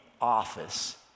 office